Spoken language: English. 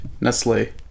Nestle